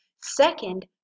second